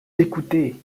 écoutez